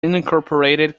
unincorporated